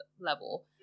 level